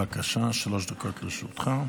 בבקשה, שלוש דקות לרשותך.